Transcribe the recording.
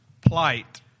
plight